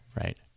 right